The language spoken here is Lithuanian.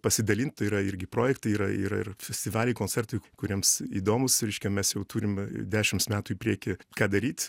pasidalint tai yra irgi projektai yra yra ir festivaliai koncertai kuriems įdomūs reiškia mes jau turim dešims metų į priekį ką daryt